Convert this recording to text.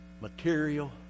material